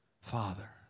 Father